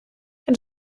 het